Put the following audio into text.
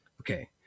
Okay